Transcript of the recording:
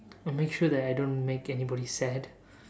I'll make sure that I don't make anybody sad